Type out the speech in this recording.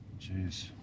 Jeez